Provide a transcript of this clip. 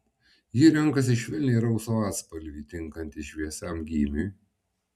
ji renkasi švelniai rausvą atspalvį tinkantį šviesiam gymiui